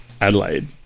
Adelaide